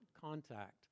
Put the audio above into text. contact